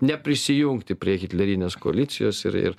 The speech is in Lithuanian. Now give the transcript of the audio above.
neprisijungti prie hitlerinės koalicijos ir ir